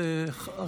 את הרשימה בירושלים?